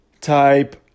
type